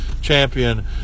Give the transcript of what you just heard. Champion